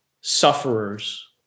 sufferers